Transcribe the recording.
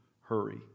hurry